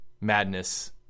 madness